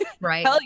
Right